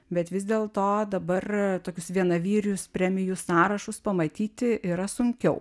bet vis dėl to dabar tokius vienavyrius premijų sąrašus pamatyti yra sunkiau